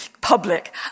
public